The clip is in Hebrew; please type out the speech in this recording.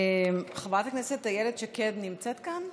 חברת הכנסת איילת שקד נמצאת כאן?